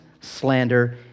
slander